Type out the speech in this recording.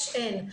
יש-אין,